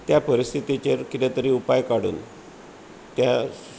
त्या परिस्थीतीचेर कितें तरी उपाय काडून त्या